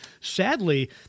sadly